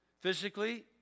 Physically